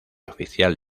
oficial